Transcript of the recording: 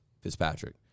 Fitzpatrick